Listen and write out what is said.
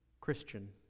Christian